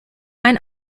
ein